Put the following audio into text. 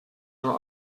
nur